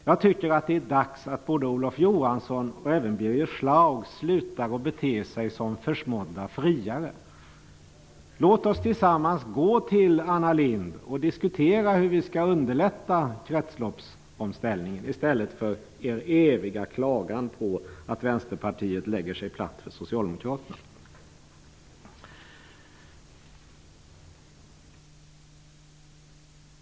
Jag tycker att det är dags att både Olof Johansson och Birger Schlaug slutar bete sig som försmådda friare. Låt oss tillsammans gå till Anna Lindh och diskutera hur vi skall underlätta kretsloppsomställningen i stället för att ni fortsätter er eviga klagan på att Vänsterpartiet lägger sig platt för Socialdemokraterna.